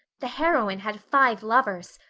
the heroine had five lovers.